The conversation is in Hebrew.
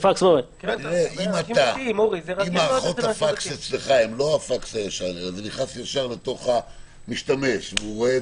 אם מערכות הפקס אצלך הם לא הפקס הישן אלא זה נכנס ישר למשתמש --- לא.